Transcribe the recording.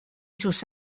sus